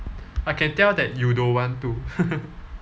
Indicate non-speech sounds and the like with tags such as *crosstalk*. I can tell that you don't want to *laughs*